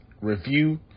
review